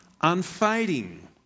unfading